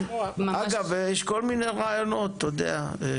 אגב יש כל מיני רעיונות, אתה יודע.